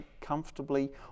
comfortably